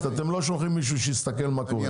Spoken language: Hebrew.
אתם לא שולחים מישהו שיסתכל מה קורה.